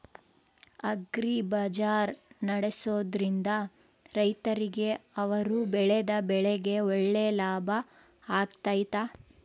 Agri bazaar ನಡೆಸ್ದೊರಿಂದ ರೈತರಿಗೆ ಅವರು ಬೆಳೆದ ಬೆಳೆಗೆ ಒಳ್ಳೆ ಲಾಭ ಆಗ್ತೈತಾ?